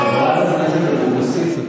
חברת הכנסת אבוקסיס,